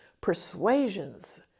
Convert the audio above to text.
persuasions